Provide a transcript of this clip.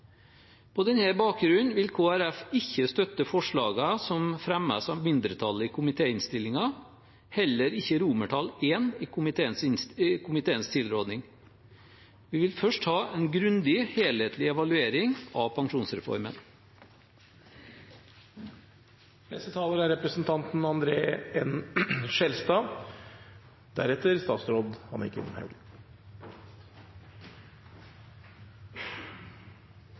bakgrunn vil Kristelig Folkeparti ikke støtte forslagene som fremmes av mindretallet i komitéinnstillingen, heller ikke I i komiteens tilråding. Vi vil først ha en grundig, helhetlig evaluering av pensjonsreformen. Det har vært mye historie i innleggene fra både representanten